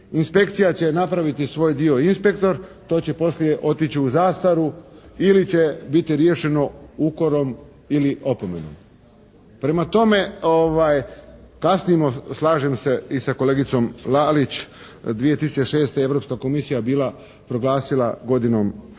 inspekcija će napraviti svoj dio inspektor, to će poslije otići u zastaru ili će biti riješeno ukorom ili opomenom. Prema tome kasnimo slažem se i sa kolegicom Lalić, 2006. je Europska komisija bila proglasila godinom educiranja